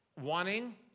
wanting